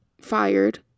fired